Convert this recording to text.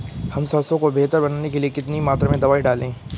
हम सरसों को बेहतर बनाने के लिए कितनी मात्रा में दवाई डालें?